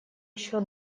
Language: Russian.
еще